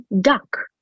duck